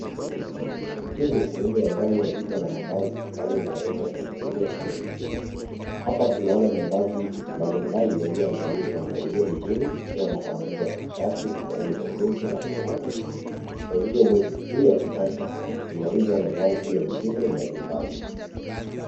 Hii ni sehemu ya ndani ya duka la mavazi pale inaweza kujulikana kama boutique . Hapa tunaona mavazi mbalimbali yaliyoandaliwa kwa mpangilio mzuri ikiwa ni pamoja na mashati, suruali za jeansi na fulana. Kwa hiyo, boutique hii ya kisasa inauza mavazi ya mitindo mbalimbali.